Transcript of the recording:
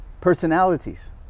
personalities